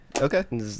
Okay